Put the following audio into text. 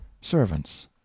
servants